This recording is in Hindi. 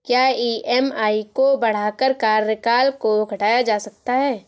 क्या ई.एम.आई को बढ़ाकर कार्यकाल को घटाया जा सकता है?